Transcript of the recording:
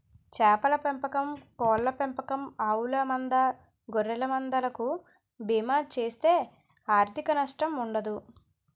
చేపల పెంపకం కోళ్ళ పెంపకం ఆవుల మంద గొర్రెల మంద లకు బీమా చేస్తే ఆర్ధిక నష్టం ఉండదు